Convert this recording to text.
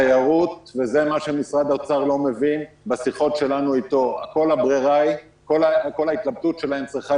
זה מה שמשרד האוצר לא מבין בשיחות שלנו איתו: כל ההתלבטות שלהם צריכה